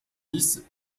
dix